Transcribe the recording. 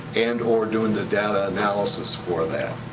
and or doing the data analysis for that.